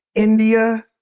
india,